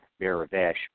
Miravesh